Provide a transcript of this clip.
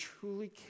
truly